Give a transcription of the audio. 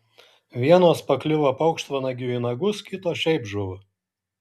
vienos pakliuvo paukštvanagiui į nagus kitos šiaip žuvo